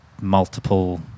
multiple